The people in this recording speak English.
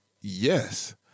yes